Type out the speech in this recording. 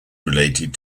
related